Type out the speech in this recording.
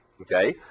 okay